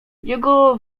jego